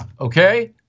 Okay